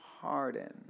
harden